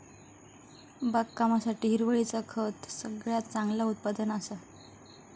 बागकामासाठी हिरवळीचा खत सगळ्यात चांगला उत्पादन असा